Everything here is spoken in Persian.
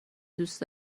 دوست